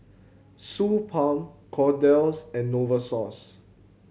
Suu Balm Kordel's and Novosource